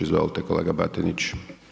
Izvolite kolega Batinić.